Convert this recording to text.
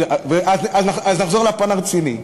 נחזור לפן הרציני.